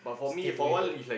stay together